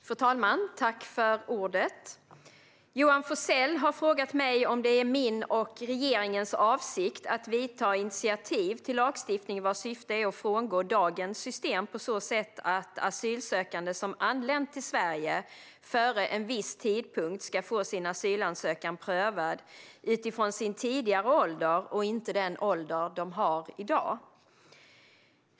Fru talman! Johan Forssell har frågat mig om det är min och regeringens avsikt att vidta initiativ till lagstiftning vars syfte är att frångå dagens system på så sätt att asylsökande som anlänt till Sverige före en viss tidpunkt ska få sin asylansökan prövad utifrån sin tidigare ålder och inte den ålder de har i dag.